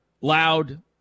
loud